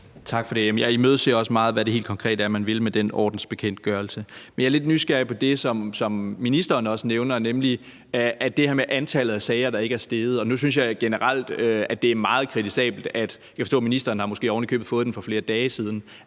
Tak for det. Jeg imødeser også meget, hvad det helt konkret er, man vil med den ordensbekendtgørelse. Men jeg er lidt nysgerrig på det, som ministeren også nævner, nemlig det her med antallet af sager, der ikke er steget. Jeg synes generelt, det er meget kritisabelt, at undersøgelsen først bliver sendt ud